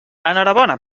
enhorabona